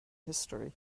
history